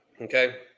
okay